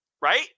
right